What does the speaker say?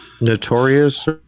Notorious